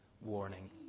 warning